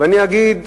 ואני אגיד: